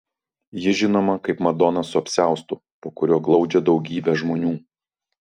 ji žinoma kaip madona su apsiaustu po kuriuo glaudžia daugybę žmonių